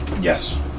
Yes